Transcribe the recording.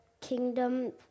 kingdom